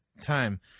time